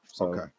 Okay